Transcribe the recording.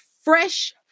Fresh